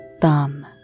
Thumb